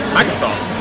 Microsoft